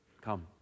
come